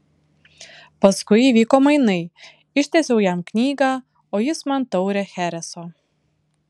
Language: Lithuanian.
paskui įvyko mainai ištiesiau jam knygą o jis man taurę chereso